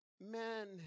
man